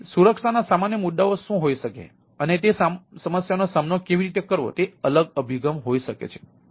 તેથી સુરક્ષાના સામાન્ય મુદ્દાઓ શું હોઈ શકે છે અને તે સમસ્યાઓનો સામનો કેવી રીતે કરવો તે અલગ અભિગમ હોઈ શકે છે